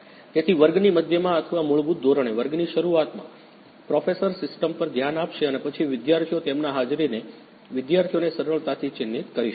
તેથી વર્ગની મધ્યમાં અથવા મૂળભૂત ધોરણે વર્ગની શરૂઆતમાં પ્રોફેસર સિસ્ટમ પર ધ્યાન આપશે અને પછી વિદ્યાર્થીઓ તેમના હાજરીને વિદ્યાર્થીઓને સરળતાથી ચિહ્નિત કરી શકશે